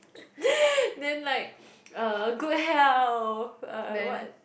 then like uh good health uh what